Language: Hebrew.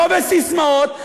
לא בססמאות,